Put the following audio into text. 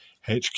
HQ